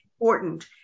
important